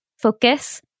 focus